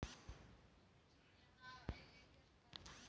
NPK खाद बहुत रास खादक मिश्रण छै खास कए नाइट्रोजन, फास्फोरस आ पोटाश